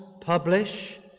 publish